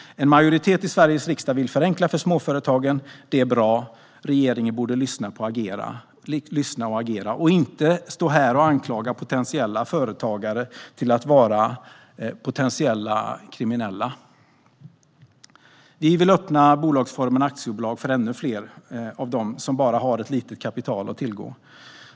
En majoritet i Sveriges riksdag vill förenkla för småföretagen. Det är bra. Regeringen borde lyssna och agera och inte stå här och anklaga potentiella företagare för att vara potentiella kriminella. Vi vill öppna bolagsformen aktiebolag för ännu fler av dem som bara har ett litet kapital att tillgå.